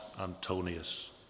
Antonius